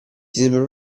sembra